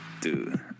dude